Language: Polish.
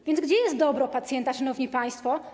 A więc gdzie jest dobro pacjenta, szanowni państwo?